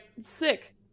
Sick